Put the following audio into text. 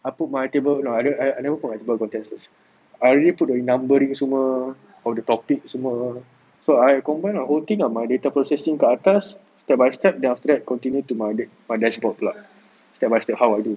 I put my table no I I never put my table on the tests first I already put the numbering semua of the topic semua so I combine ah the whole thing my data processing kat atas step by step then after that continue to my dashboard pula step by step how I do